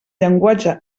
llenguatge